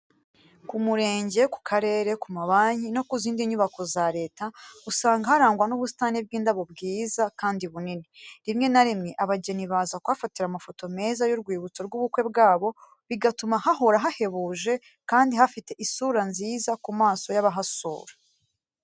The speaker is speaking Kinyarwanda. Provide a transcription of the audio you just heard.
Ku murenge, ku karere, ku mabanki no ku zindi nyubako za leta, usanga harangwa n'ubusitani bw'indabo bwiza kandi bunini. Rimwe na rimwe, abageni baza kuhafatira amafoto meza y’urwibutso rw’ubukwe bwabo, bigatuma hahora hahebuje kandi hafite isura nziza ku maso y'abahasura.